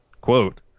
quote